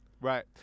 Right